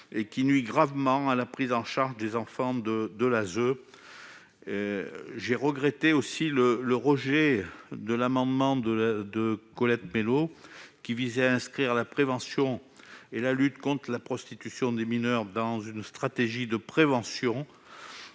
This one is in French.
ce qui nuit gravement à la prise en charge des enfants de l'ASE. Nous regrettons le rejet de l'amendement présenté par Colette Mélot qui visait à inscrire la prévention et la lutte contre la prostitution des mineurs dans une stratégie de prévention.